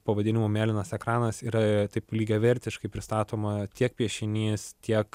pavadinimu mėlynas ekranas yra taip lygiavertiškai pristatoma tiek piešinys tiek